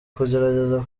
kugerageza